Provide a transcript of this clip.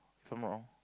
if I'm not wrong